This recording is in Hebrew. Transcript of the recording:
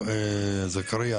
זכריא,